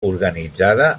organitzada